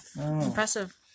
impressive